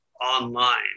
online